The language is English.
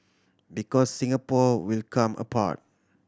because Singapore will come apart